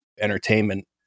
entertainment